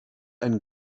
ein